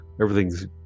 Everything's